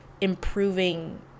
improving